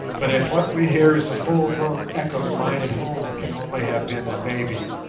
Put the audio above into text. but if what we hear is a full-grown echo, mine at home can only have been a baby.